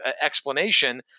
explanation